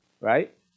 right